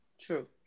True